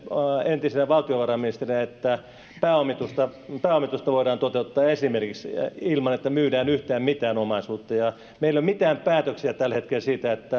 entisenä valtiovarainministerinä pääomitusta pääomitusta voidaan toteuttaa esimerkiksi ilman että myydään yhtään mitään omaisuutta meillä ei ole mitään päätöksiä tällä hetkellä siitä